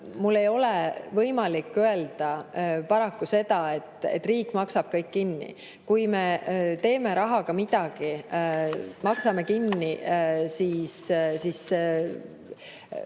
mul ei ole võimalik paraku öelda seda, et riik maksab kõik kinni. Kui me teeme rahaga midagi, maksame kinni